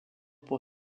pour